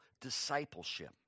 discipleship